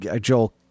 Joel